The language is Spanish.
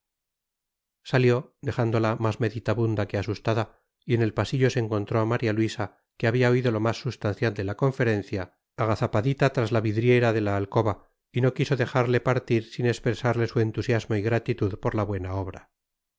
salió dejándola más meditabunda que asustada y en el pasillo se encontró a maría luisa que había oído lo más substancial de la conferencia agazapadita tras la vidriera de la alcoba y no quiso dejarle partir sin expresarle su entusiasmo y gratitud por la buena obra